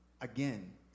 again